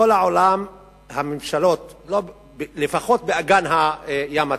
הממשלות, לפחות באגן הים התיכון,